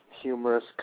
humorous